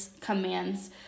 commands